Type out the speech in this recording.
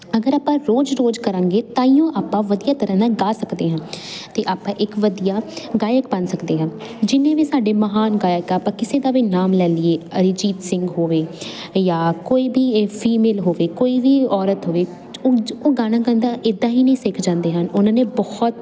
ਅਗਰ ਆਪਾਂ ਰੋਜ਼ ਰੋਜ਼ ਕਰਾਂਗੇ ਤਾਹੀਓ ਆਪਾਂ ਵਧੀਆ ਤਰ੍ਹਾਂ ਨਾਲ ਗਾ ਸਕਦੇ ਹਾਂ ਅਤੇ ਆਪਾਂ ਇੱਕ ਵਧੀਆ ਗਾਇਕ ਬਣ ਸਕਦੇ ਹਾਂ ਜਿੰਨੇ ਵੀ ਸਾਡੇ ਮਹਾਨ ਗਾਇਕ ਆ ਆਪਾਂ ਕਿਸੇ ਦਾ ਵੀ ਨਾਮ ਲੈ ਲਈਏ ਅਰਿਜੀਤ ਸਿੰਘ ਹੋਵੇ ਜਾਂ ਕੋਈ ਵੀ ਇਹ ਫੀਮੇਲ ਹੋਵੇ ਕੋਈ ਵੀ ਔਰਤ ਹੋਵੇ ਉਹ ਗਾਣਾ ਗਾਉਂਦਾ ਇੱਦਾਂ ਹੀ ਨਹੀਂ ਸਿੱਖ ਜਾਂਦੇ ਹਨ ਉਹਨਾਂ ਨੇ ਬਹੁਤ